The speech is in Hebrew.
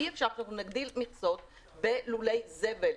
אי אפשר שאנחנו נגדיל מכסות בלולי זבל.